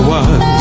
one